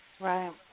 Right